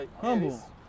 humble